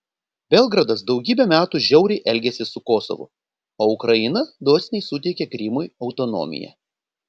belgradas daugybę metų žiauriai elgėsi su kosovu o ukraina dosniai suteikė krymui autonomiją